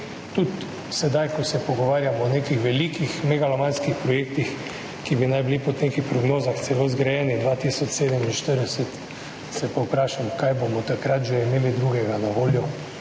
tudi sedaj, ko se pogovarjamo o nekih velikih megalomanskih projektih, ki naj bi bili po nekih prognozah zgrajeni celo leta 2047, se pa vprašam, kaj bomo takrat že imeli drugega na voljo,